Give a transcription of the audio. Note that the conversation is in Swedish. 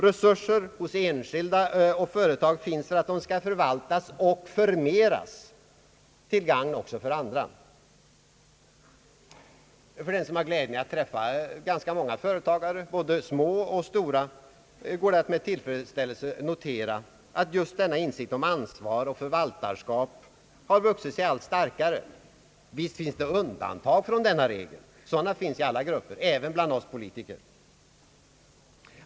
Resurserna hos enskilda och företag finns för att de skall förvaltas och förmeras, till gagn också för andra. Den som har glädjen att träffa ganska många företagare, både små och stora, kan med tillfredsställelse notera att just denna insikt om ansvar och förvaltarskap har vuxit sig allt starkare. Visst finns det undantag från denna regel — sådana förekommer i alla grupper, även bland oss politiker.